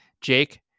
Jake